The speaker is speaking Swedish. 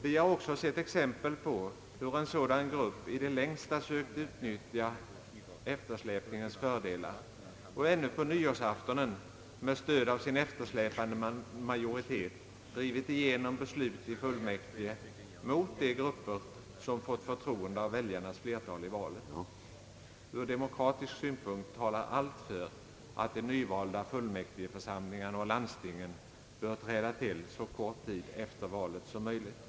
Vi har också sett exempel på hur en sådan grupp i det längsta sökt utnyttja eftersläpningens fördelar och ännu på nyårsaftonen med stöd av sin eftersläpande majoritet drivit igenom beslut i fullmäktige mot de grupper som fått förtroende av väljarnas flertal i valet. Ur demokratisk synpunkt talar allt för att de nyvalda fullmäktigeförsamlingarna och landstingen bör träda till så kort tid efter valet som möjligt.